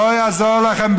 לא יעזור לכם,